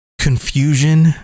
confusion